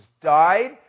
died